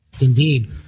Indeed